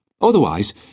Otherwise